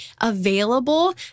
available